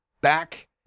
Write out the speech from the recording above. back